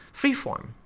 freeform